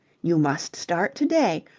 you must start to-day.